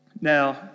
Now